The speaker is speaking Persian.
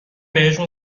بهشون